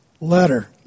letter